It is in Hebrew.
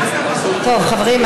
חברים,